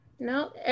No